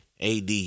AD